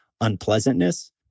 unpleasantness